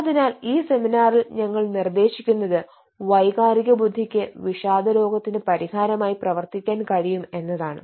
അതിനാൽ ഈ സെമിനാറിൽ ഞങ്ങൾ നിർദ്ദേശിക്കുന്നത് വൈകാരിക ബുദ്ധിക്ക് വിഷാദരോഗത്തിന് പരിഹാരമായി പ്രവർത്തിക്കാൻ കഴിയും എന്നതാണ്